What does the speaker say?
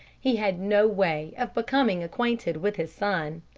he had no way of becoming acquainted with his son.